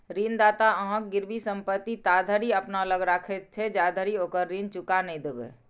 ऋणदाता अहांक गिरवी संपत्ति ताधरि अपना लग राखैत छै, जाधरि ओकर ऋण चुका नहि देबै